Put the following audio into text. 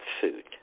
food